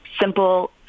simple